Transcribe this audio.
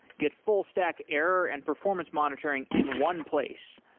get full stack error and performance monitoring in one place.